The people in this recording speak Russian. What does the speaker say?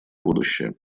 будущее